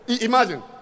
Imagine